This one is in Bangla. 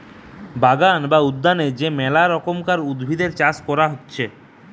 বাগান বা উদ্যানে যে মেলা রকমকার উদ্ভিদের চাষ করতিছে